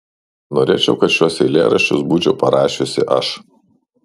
norėčiau kad šiuos eilėraščius būčiau parašiusi aš